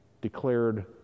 declared